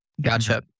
Gotcha